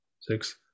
six